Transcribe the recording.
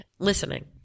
Listening